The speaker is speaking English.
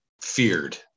feared